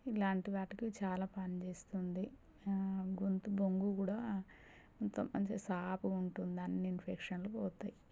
ఇలాంటి వాటికి చాలా పని చేస్తుంది గొంతు బొంగు కూడా మొత్తం మంచిగా సాఫ్గా ఉంటుంది అన్ని ఇన్ఫెక్షన్లు పోతాయి